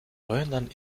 grönland